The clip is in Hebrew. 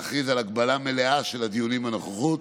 להכריז על הגבלה מלאה של הדיונים בנוכחות,